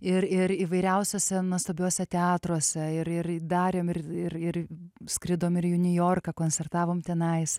ir ir įvairiausiuose nuostabiuose teatruose ir ir darėm ir ir skridom ir į niujorką koncertavom tenais